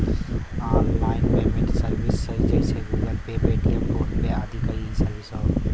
online payment service जइसे Google Pay, Paytm, PhonePe आदि कई सर्विस हौ